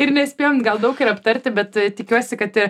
ir nespėjom gal daug ir aptarti bet tikiuosi kad